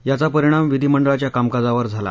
याचा परिणाम विधीमंडळाच्या कामकाजावर झाला